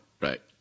right